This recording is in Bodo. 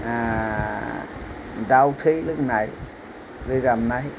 दाव थै लोंनाय रोजाबनाय